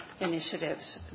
initiatives